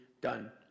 done